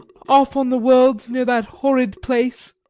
off on the wolds near that horrid place.